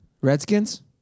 Redskins